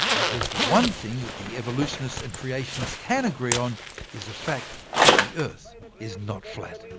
at least one thing that the evolutionists and creationists can agree on is the fact that the earth is not flat